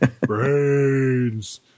Brains